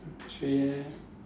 Australia